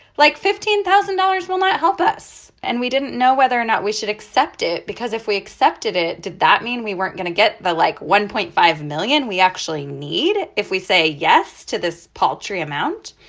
like, fifteen thousand dollars will not help us. and we didn't know whether or not we should accept it because if we accepted it, did that mean we weren't going to get the, like, one point five million we actually need if we say yes to this paltry amount?